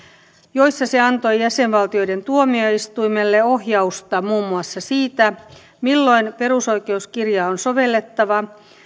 joissa se antoi jäsenvaltioiden tuomioistuimille ohjausta muun muassa siitä milloin perusoikeuskirjaa on sovellettava